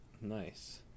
Nice